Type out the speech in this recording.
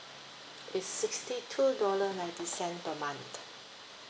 it's sixty two dollar ninety cent per month